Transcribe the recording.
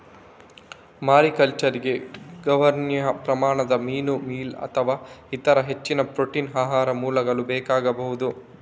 ಮಾರಿಕಲ್ಚರಿಗೆ ಗಮನಾರ್ಹ ಪ್ರಮಾಣದ ಮೀನು ಮೀಲ್ ಅಥವಾ ಇತರ ಹೆಚ್ಚಿನ ಪ್ರೋಟೀನ್ ಆಹಾರ ಮೂಲಗಳು ಬೇಕಾಗಬಹುದು